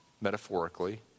metaphorically